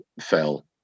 fell